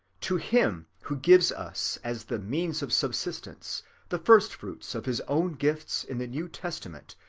to him who gives us as the means of subsistence the first-fruits of his own gifts in the new testament,